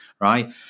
right